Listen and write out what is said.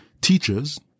teachers